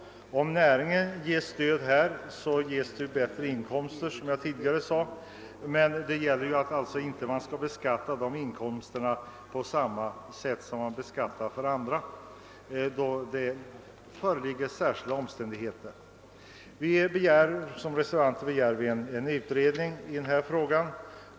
Om näringen får ett stöd ger detta bättre inkomster, men det gäller att inte beskatta de inkomsterna på samma sätt som man beskattar andra, eftersom det i detta fall föreligger särskilda omständigheter. Vi reservanter begär en utredning av frågan.